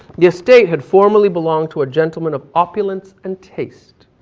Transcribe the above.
the estate had formally belonged to a gentleman of opulence and taste.